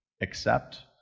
accept